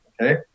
okay